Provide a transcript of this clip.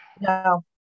No